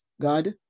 God